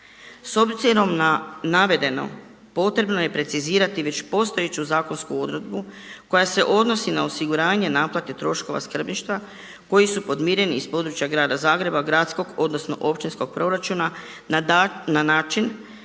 S obzirom na navedeno potrebno je precizirati već postojeću zakonsku odredbu koja se odnosi na osiguranje naplate troškova skrbništva koji su podmireni iz područja grada Zagreba, gradskog odnosno općinskog proračuna na način